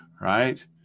Right